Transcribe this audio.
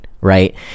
right